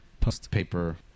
post-paper